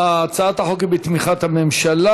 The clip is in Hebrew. הצעת החוק היא בתמיכת הממשלה.